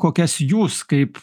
kokias jūs kaip